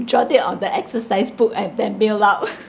jot it on the exercise book and then mail out